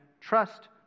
trust